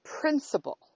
principle